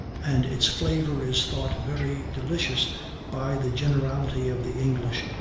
and its flavor is thought very delicious by the generality of the english,